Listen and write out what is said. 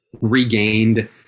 regained